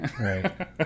Right